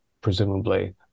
presumably